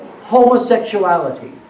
Homosexuality